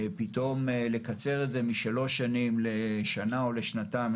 לקצר את זה מ-3 שנים לשנה או לשנתיים,